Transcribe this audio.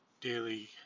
daily